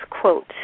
quote